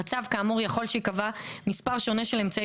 בצו כאמור יכול שייקבע מספר שונה של אמצעי